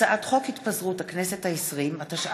הצעת חוק הסדרים במשק המדינה (תיקוני חקיקה להשגת יעדי התקציב)